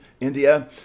India